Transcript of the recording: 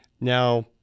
Now